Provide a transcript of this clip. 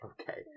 Okay